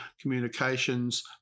communications